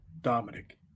Dominic